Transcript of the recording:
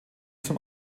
zum